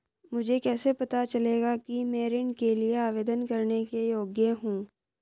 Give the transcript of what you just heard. मुझे कैसे पता चलेगा कि मैं ऋण के लिए आवेदन करने के योग्य हूँ?